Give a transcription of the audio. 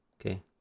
Okay